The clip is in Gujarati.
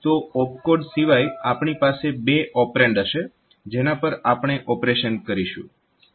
તો ઓપકોડ સિવાય આપણી પાસે બે ઓપરેન્ડ હશે જેના પર આપણે ઓપરેશન કરીશું